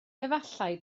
efallai